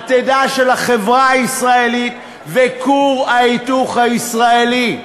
העתיד של החברה הישראלית וכור ההיתוך הישראלי.